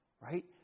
right